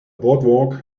boardwalk